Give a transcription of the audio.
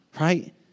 right